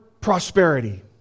Prosperity